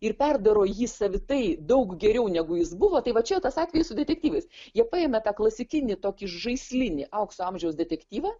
ir perdaro jį savitai daug geriau negu jis buvo tai va čia tas atvejis su detektyvais jie paėmė tą klasikinį tokį žaislinį aukso amžiaus detektyvą